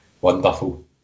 Wonderful